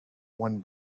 one